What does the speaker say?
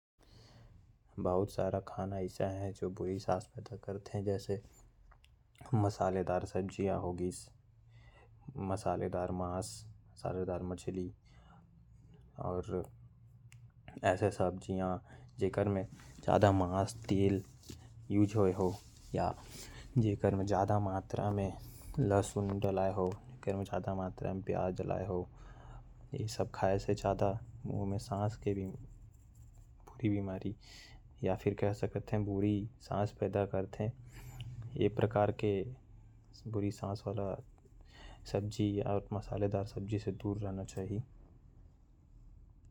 बहुत सारा खाना ऐसा है जो बुरा स्वस्थ पैदा कर थे। जैसे मसालेदार खाना होगिस । ऐसा सब्जी जेमे अधिक मात्रा में मसाला हो लहसुन हो प्याज हो। और अधिक मांस के उपयोग भी करे ले दिक्कत होयल।